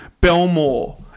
Belmore